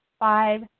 Five